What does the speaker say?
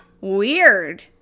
weird